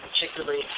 particularly